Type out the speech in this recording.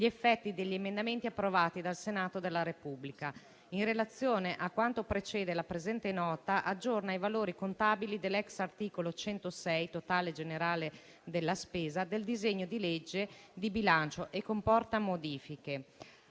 effetti degli emendamenti approvati dal Senato della Repubblica. In relazione a quanto precede, la presente Nota aggiorna i valori contabili dell'ex articolo 106 *(Totale generale della spesa)* del disegno di legge di bilancio e comporta modifiche: